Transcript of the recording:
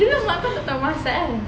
dulu mak kau tak tahu masak kan